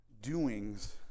doings